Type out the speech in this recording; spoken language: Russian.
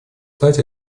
стать